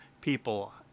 people